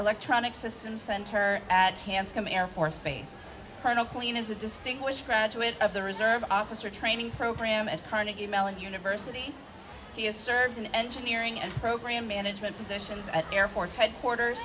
electronic systems center at hanscom air force base colonel clean is a distinguished graduate of the reserve officer training program at carnegie mellon university he has served in engineering and program management positions at airports headquarters